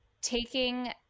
taking